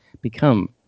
become